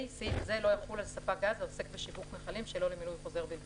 סעיף זה לא יחול על ספק גז העוסק בשיווק מכלים שלא למילוי חוזר בלבד.